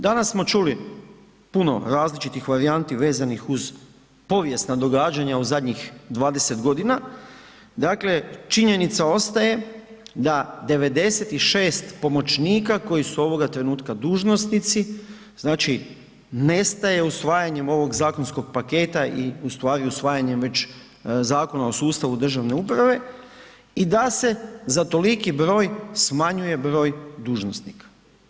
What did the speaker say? Danas smo čuli puno različitih varijanti vezanih uz povijesna događanja u zadnjih 20 g., dakle činjenica ostaje da 96 pomoćnika koji su ovoga trenutka dužnosnici, znači nestaje usvajanjem ovog zakonskog paketa i ustvari usvajanjem već Zakon o sustavu državne uprave i da se za toliki broj smanjuje broj dužnosnika.